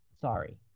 Sorry